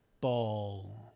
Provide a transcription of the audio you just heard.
Ball